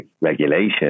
regulation